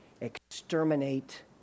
exterminate